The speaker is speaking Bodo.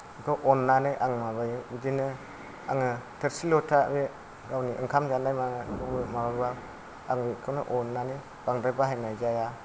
बेखौ अन्नानै आं माबायो बिदिनो आङो थोरसि लथा बे गावनि ओंखाम जानाय माबाखौबो मालाबा आं बेखौनो अन्नानै बांद्राय बाहायनाय जाया